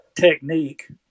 technique